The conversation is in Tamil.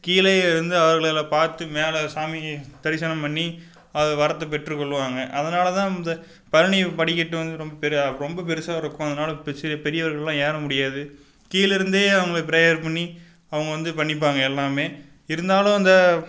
கீழேயே இருந்து அவர்களை எல்லாம் பார்த்து மேலே சாமி தரிசனம் பண்ணி அது வரத்தை பெற்றுக் கொள்வாங்கள் அதனால் அந்த பழனி படிக்கட்டு வந்து பெரு ரொம்ப பெருசாக இருக்கும் அதனால சி பெரியவர்கள்லாம் ஏற முடியாது கீழே இருந்து அவங்க பிரேயர் பண்ணி அவங்க வந்து பண்ணிப்பாங்கள் எல்லாம் இருந்தாலும் அந்த